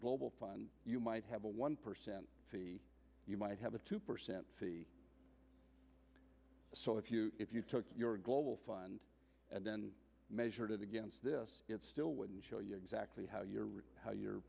global fund you might have a one percent fee you might have a two percent fee so if you if you took your global fund and then measured it against this it still wouldn't show you exactly how you're how your